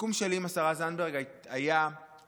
הסיכום שלי עם השרה זנדברג היה שאנחנו